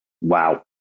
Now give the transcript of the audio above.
Wow